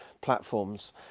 platforms